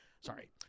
Sorry